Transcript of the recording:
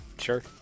Sure